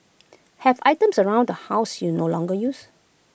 have items around the house you no longer use